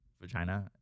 vagina